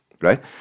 right